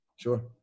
Sure